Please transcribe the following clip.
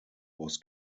was